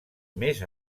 més